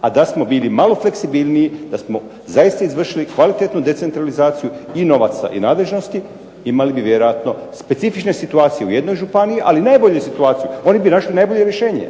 a da smo bili malo fleksibilniji, da smo zaista izvršili kvalitetnu decentralizaciju i novaca i nadležnosti imali bi vjerojatno specifične situacije u jednoj županiji, ali najbolju situaciju, oni bi našli najbolje rješenje.